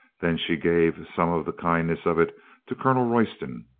then she gave some of the kindness of it to colonel royston.